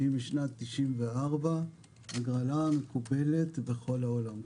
היא משנת 1994. זוהי הגרלה מקובלת בכל העולם כולו.